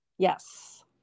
Yes